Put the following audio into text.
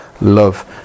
love